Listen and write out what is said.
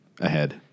ahead